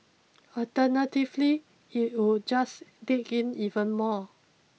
alternatively it would just dig in even more